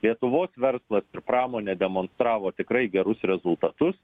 lietuvos verslas ir pramonė demonstravo tikrai gerus rezultatus